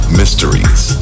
mysteries